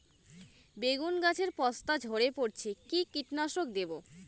বেগুন গাছের পস্তা ঝরে পড়ছে কি কীটনাশক দেব?